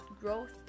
Growth